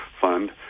fund